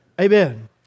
Amen